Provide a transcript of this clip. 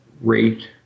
rate